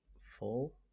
full